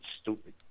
stupid